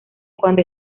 cuando